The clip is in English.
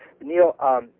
Neil